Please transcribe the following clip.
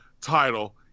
title